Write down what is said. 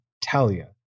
Talia